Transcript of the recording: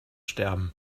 sterben